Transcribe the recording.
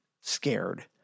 scared